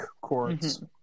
chords